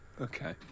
Okay